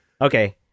Okay